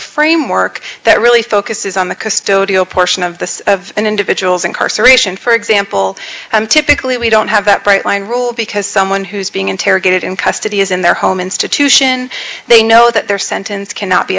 framework that really focuses on the custodial portion of the of an individual's incarceration for example typically we don't have that bright line rule because someone who's being interrogated in custody is in their home institution they know that their sentence cannot be